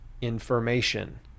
information